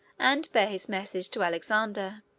and bear his message to alexander.